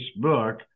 Facebook